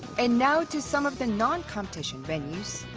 and now to some of the non-competition venues.